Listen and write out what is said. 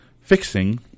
fixing